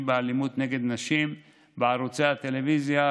באלימות נגד נשים בערוצי הטלוויזיה,